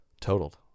totaled